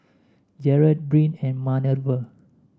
Jarret Bryn and Manerva